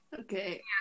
okay